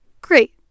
Great